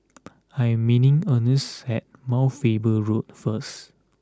I am meaning Ernst at Mount Faber Road first